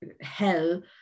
hell